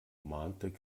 mahnte